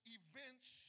events